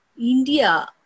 India